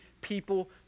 people